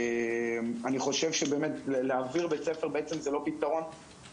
אני חושב שלהעביר בית ספר זה לא פתרון,